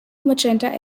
magenta